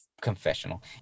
confessional